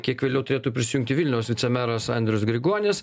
kiek vėliau turėtų prisijungti vilniaus vicemeras andrius grigonis